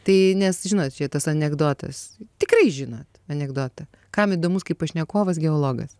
tai nes žinot čia tas anekdotas tikrai žinot anekdotą kam įdomus kaip pašnekovas geologas